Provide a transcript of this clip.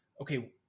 okay